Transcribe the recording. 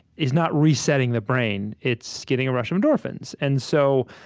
is not resetting the brain, it's giving a rush of endorphins. and so